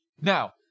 Now